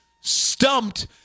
stumped